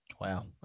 Wow